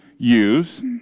use